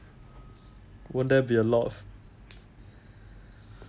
won't there be a lot of